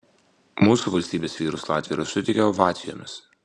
mūsų valstybės vyrus latviai yra sutikę ovacijomis